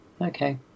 Okay